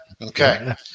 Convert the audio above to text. Okay